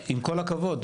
עם כל הכבוד,